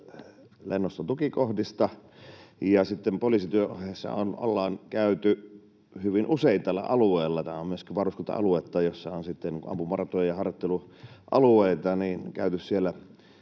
lennostotukikohdista, ja poliisityön ohessa ollaan käyty hyvin usein tällä alueella. Kun tämä on myöskin varuskunta-aluetta, jossa on ampumaratoja ja harjoittelualueita, niin on käyty siellä